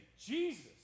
Jesus